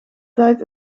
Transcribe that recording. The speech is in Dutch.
tijd